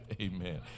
Amen